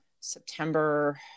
september